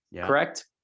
correct